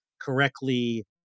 correctly